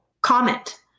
comment